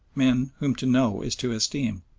men whom to know is to esteem.